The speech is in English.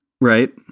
Right